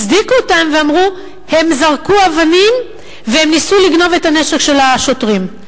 הצדיקו אותם ואמרו שהם זרקו אבנים וניסו לגנוב את הנשק של השוטרים.